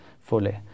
fully